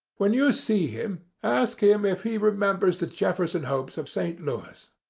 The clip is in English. when you see him, ask him if he remembers the jefferson hopes of st. louis.